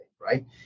right